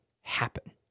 happen